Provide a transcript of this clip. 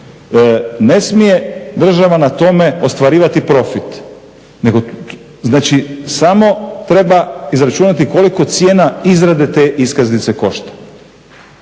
ne smije država na tome ostvarivati profit nego samo treba izračunati koliko cijena izrade te iskaznice košta.